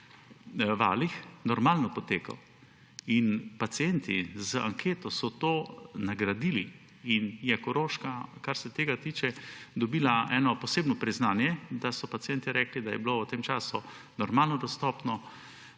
normalno potekal. Pacienti so z anketo to nagradili in je Koroška, kar se tega tiče, dobila eno posebno priznanje, da so pacienti rekli, da je bilo v tem času normalno dostopno,